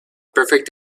perfect